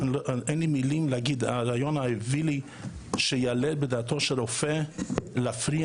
האווילי אין לי מילים אחרות - שיעלה בדעתו של רופא להפריע